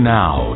now